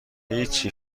هیچی